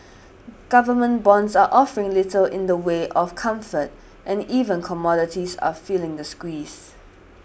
government bonds are offering little in the way of comfort and even commodities are feeling the squeeze